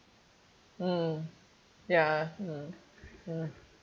mm ya mm mm